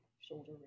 shoulder